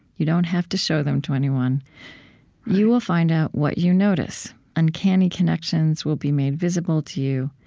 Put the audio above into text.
you don't have to show them to anyone you will find out what you notice. uncanny connections will be made visible to you.